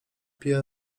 pies